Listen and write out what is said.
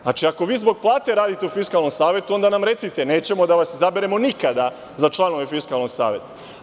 Znači, ako vi zbog plate radite u Fiskalnom savetu, onda nam recite, nećemo da vas izaberemo nikada za članove Fiskalnog saveta.